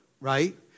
right